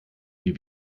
wie